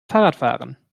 fahrradfahren